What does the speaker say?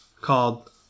called